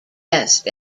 best